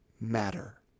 matter